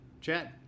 Chad